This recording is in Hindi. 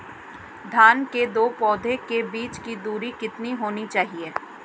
धान के दो पौधों के बीच की दूरी कितनी होनी चाहिए?